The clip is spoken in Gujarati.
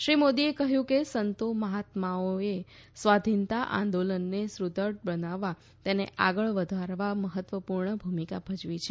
શ્રી મોદીએ કહ્યું કે સંતો મહાત્માઓએ સ્વાધીનતા આંદોલનને સુદૃઢ બનાવવા અને તેને આગળ વધારવા મહત્વપૂર્ણ ભૂમિકા ભજવી છે